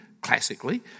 classically